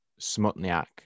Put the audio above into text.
Smutniak